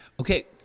Okay